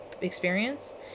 experience